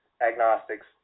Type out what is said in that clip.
agnostics